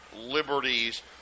liberties